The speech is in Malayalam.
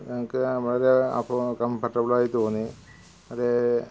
ഞങ്ങൾക്ക് നമ്മളുടെ അപ്പോൾ കംഫർട്ടബിളായി തോന്നി അത്